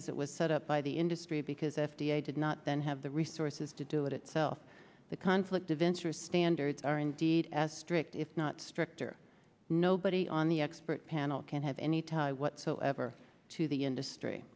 it was set up by the industry because f d a did not then have the resources to do it itself the conflict of interest standards are indeed as strict if not stricter nobody on the expert panel can have any tie whatsoever to the industry